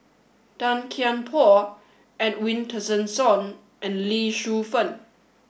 Tan Kian Por Edwin Tessensohn and Lee Shu Fen